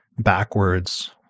backwards